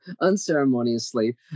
unceremoniously